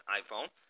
iPhone